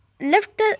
left